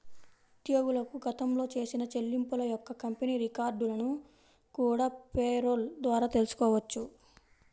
ఉద్యోగులకు గతంలో చేసిన చెల్లింపుల యొక్క కంపెనీ రికార్డులను కూడా పేరోల్ ద్వారా తెల్సుకోవచ్చు